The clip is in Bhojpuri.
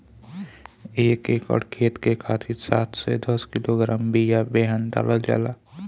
एक एकर खेत के खातिर सात से दस किलोग्राम बिया बेहन डालल जाला?